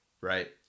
right